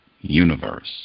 universe